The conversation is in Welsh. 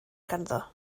ganddo